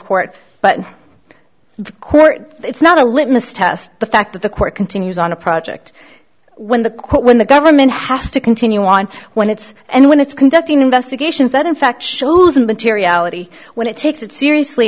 court but the court it's not a litmus test the fact that the court continues on a project when the quote when the government has to continue on when it's and when it's conducting investigations that in fact shows materiality when it takes it seriously